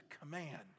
command